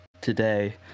today